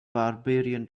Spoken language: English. barbarian